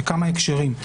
בכמה הקשרים,